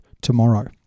tomorrow